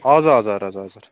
हजुर हजुर हजुर हजुर